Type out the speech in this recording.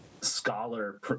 scholar